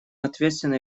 ответственны